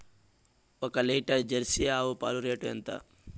ఒక litre jersey ఆవు పాలు రేటు ఎంత?